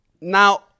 Now